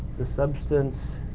the substance